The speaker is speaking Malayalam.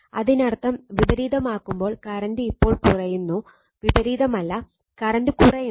അതിനർത്ഥം വിപരീതമാക്കുമ്പോൾ കറന്റ് ഇപ്പോൾ കുറയുന്നു വിപരീതമല്ല കറന്റ് കുറയുന്നു